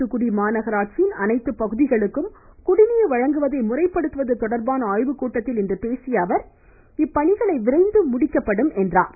தூத்துக்குடி மாநகராட்சியில் அனைத்துப் பகுதிகளுக்கும் குடிநீர் வழங்குவதை முறைப்படுத்துவது தொடர்பான ஆய்வுக் கூட்டத்தில் இன்று பேசியஅவர் எனவே இப்பணிகள் விரைந்து முடிக்கப்படும் என்றார்